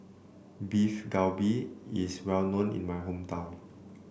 Beef Galbi is well known in my hometown